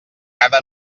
cada